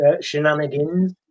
shenanigans